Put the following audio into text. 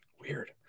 Weird